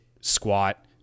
squat